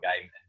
game